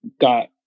got